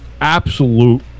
absolute